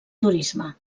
turisme